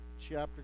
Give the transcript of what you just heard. chapter